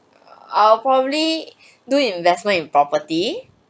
I'll probably do investment in property